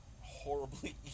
Horribly